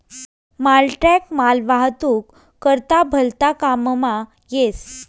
मालट्रक मालवाहतूक करता भलता काममा येस